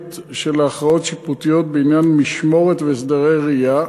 של ערכאות שיפוטיות בעניין משמורת והסדרי ראייה,